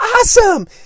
awesome